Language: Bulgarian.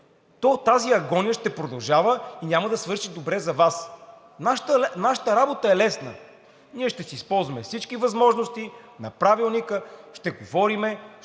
то тази агония ще продължава и няма да свърши добре за Вас. Нашата работа е лесна. Ние ще си използваме всички възможности на Правилника, ще говорим